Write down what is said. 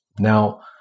Now